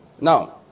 Now